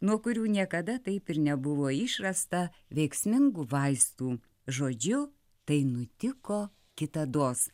nuo kurių niekada taip ir nebuvo išrasta veiksmingų vaistų žodžiu tai nutiko kitados